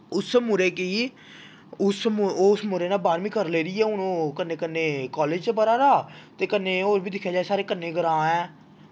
उस मुड़े गी उस मुड़े ने बाह्रमीं करी लेदी ऐ हून ओह् कन्नै कन्नै कालेज च पढ़ा दा ते होर बी दिक्खेआ जाए साढ़ै कन्नै ग्रांऽ ऐ